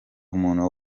umuntu